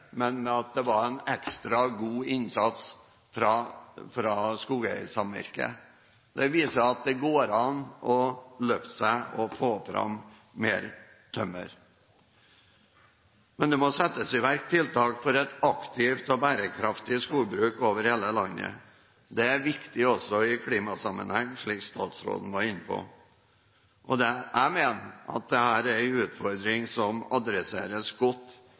men ved at det var en ekstra god innsats fra skogeiersamvirket. Det viser at det går an å løfte seg og få fram mer tømmer. Det må settes i verk tiltak for et aktivt og bærekraftig skogbruk over hele landet. Det er viktig også i klimasammenheng, slik statsråden var inne på. Jeg mener at dette er en utfordring som adresseres godt